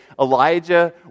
Elijah